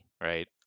right